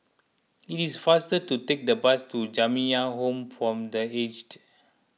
it is faster to take the bus to Jamiyah Home for the Aged